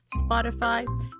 Spotify